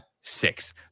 six